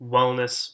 Wellness